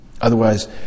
Otherwise